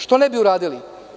Što ne bi uradili?